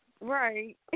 Right